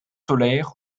solaires